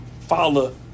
follow